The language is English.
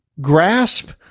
grasp